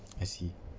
I see